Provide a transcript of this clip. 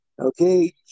Okay